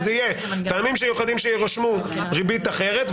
יהיו טעמים מיוחדים שיירשמו ריבית אחרת,